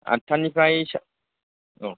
आतटानिफ्राय सो औ